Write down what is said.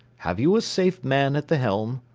have you a safe man at the helm?